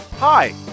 hi